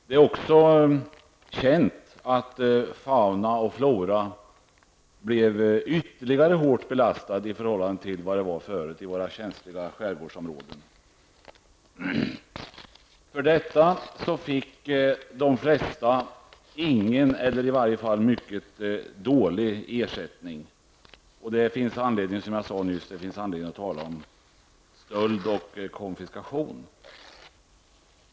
Det är också känt att fauna och flora blev ytterligare hårt belastade i förhållande till hur det var förut i våra känsliga skärgårdsområden. För detta fick de flesta ingen eller mycket dålig ersättning. Det finns anledning att tala om stöld och konfiskation.